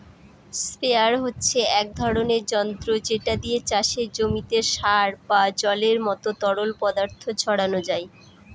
sprayer হচ্ছে এক ধরণের যন্ত্র যেটা দিয়ে চাষের জমিতে সার বা জলের মত তরল পদার্থ ছড়ানো যায়